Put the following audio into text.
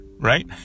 Right